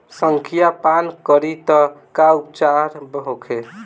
संखिया पान करी त का उपचार होखे?